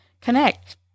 connect